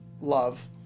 love